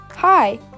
hi